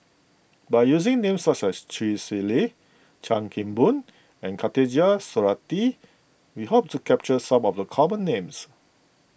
by using names such as Chee Swee Lee Chan Kim Boon and Khatijah Surattee we hope to capture some of the common names